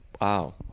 wow